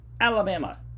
Alabama